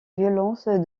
violence